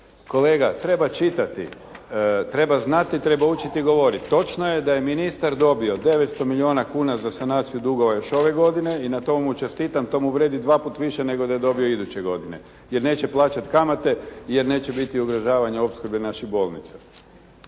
Kolega treba čitati, treba znati i treba učiti govoriti. Točno je da je ministar dobio 900 milijuna kuna za sanaciju dugova još ove godine i na tom mu čestitam. To mu vrijedi dva put više nego da je dobio iduće godine jer neće plaćati kamate, jer neće biti ugrožavanja opskrbe naših bolnica.